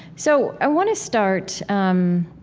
so, i want to start, um,